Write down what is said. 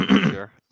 Sure